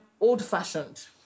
old-fashioned